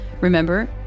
Remember